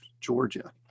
Georgia